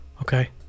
okay